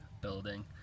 building